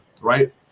right